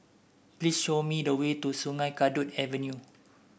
please show me the way to Sungei Kadut Avenue